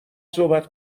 صحبت